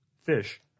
fish